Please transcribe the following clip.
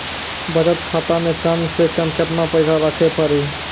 बचत खाता मे कम से कम केतना पैसा रखे पड़ी?